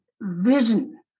vision